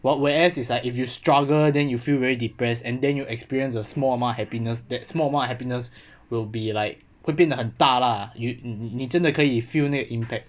while whereas it's like if you struggle than you feel very depressed and then you experience a small amount of happiness that small amount of happiness will be like 会变得很大 lah 你你真的可以 feel 那个 impact